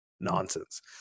nonsense